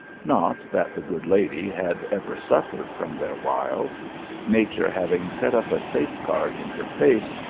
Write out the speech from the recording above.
not that the good lady had ever suffered from their wiles nature having set up a safeguard in her face,